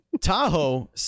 Tahoe